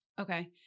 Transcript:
Okay